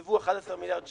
הוקצו 11 מיליארד שקלים.